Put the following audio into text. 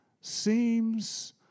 seems